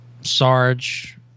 Sarge